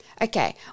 Okay